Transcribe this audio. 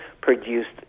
produced